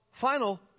final